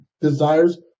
desires